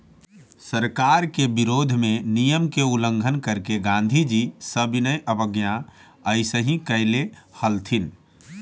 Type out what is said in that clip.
सरकार के विरोध में नियम के उल्लंघन करके गांधीजी सविनय अवज्ञा अइसही कैले हलथिन